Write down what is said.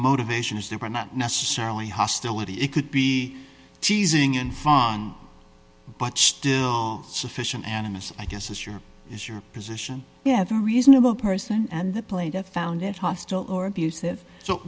motivation is there but not necessarily hostility it could be teasing in fun but still sufficient animus i guess is your is your position yeah the reasonable person and the play to found it hostile or abusive so